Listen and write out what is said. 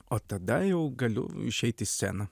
o tada jau galiu išeit į sceną